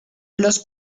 los